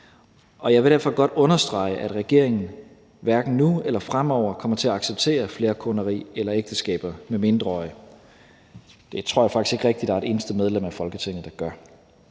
og jeg vil derfor godt understrege, at regeringen hverken nu eller fremover kommer til at acceptere flerkoneri eller ægteskaber med mindreårige. Det tror jeg faktisk ikke rigtig der er et eneste medlem af Folketinget der gør.